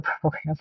program